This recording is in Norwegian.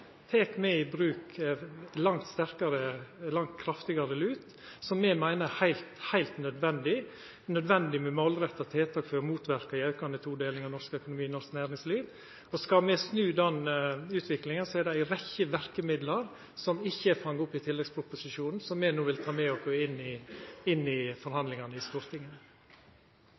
tek me i bruk langt kraftigare lut, som me meiner er heilt nødvendig. Det er nødvendig med målretta tiltak for å motverka ei aukande todeling av norsk økonomi i norsk næringsliv. Skal me klara å snu den utviklinga, er det ei rekke verkemiddel som ikkje er fanga opp i tilleggsproposisjonen, som me no vil ta med oss inn i forhandlingane i Stortinget. Når du må forsikre Stortinget